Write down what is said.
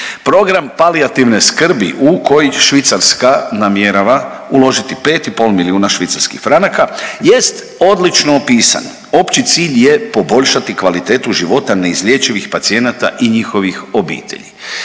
Program palijativne skrbi u koji Švicarska namjerava uložiti 5,5 milijuna švicarskih franaka jest odlično opisan. Opći cilj je poboljšati kvalitetu života neizlječivih pacijenata i njihovih obitelji.